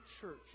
church